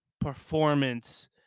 performance